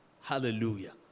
Hallelujah